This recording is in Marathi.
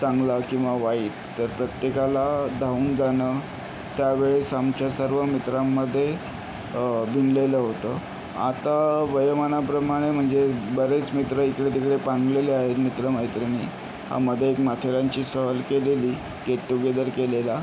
चांगला किंवा वाईट तर प्रत्येकाला धाऊन जाणं त्यावेळेस आमच्या सर्व मित्रांमध्ये भिनलेलं होतं आता वयोमानाप्रमाणे म्हणजे बरेच मित्र इकडे तिकडे पांगलेले आहेत मित्र मैत्रिणी हा मध्ये एक माथेरानची सहल केलेली गेट टु गेदर केलेला